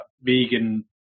vegan